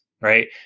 right